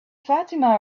fatima